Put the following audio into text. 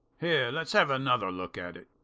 here, let's have another look at it.